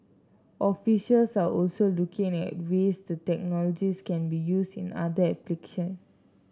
officials are also looking at ways the technologies can be used in other application